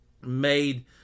made